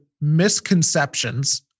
misconceptions